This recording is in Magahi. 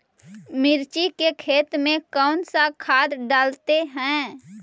मिर्ची के खेत में कौन सा खाद डालते हैं?